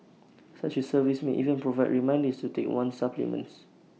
such A service may even provide reminders to take one's supplements